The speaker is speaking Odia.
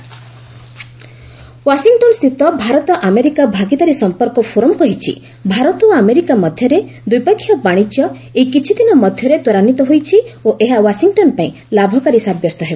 ୟୁଏସ୍ ଇଣ୍ଡିଆ ଟ୍ରେଡ୍ ୱାଶିଂଟନ୍ସ୍ଥିତ ଭାରତ ଆମେରିକା ଭାଗିଦାରୀ ସଂପର୍କ ଫୋରମ୍ କହିଛି ଭାରତ ଓ ଆମେରିକା ମଧ୍ୟରେ ଦ୍ୱିପକ୍ଷିୟ ବାଣିଜ୍ୟ ଏଇ କିଛିଦିନ ମଧ୍ୟରେ ତ୍ୱରାନ୍ଧିତ ହୋଇଛି ଓ ଏହା ୱାଶିଂଟନ୍ ପାଇଁ ଲାଭକାରୀ ସାବ୍ୟସ୍ତ ହେବ